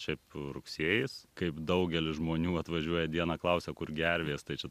šiaip rugsėjis kaip daugelis žmonių atvažiuoja dieną klausia kur gervės tai čia